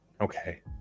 Okay